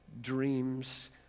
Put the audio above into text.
dreams